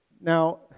Now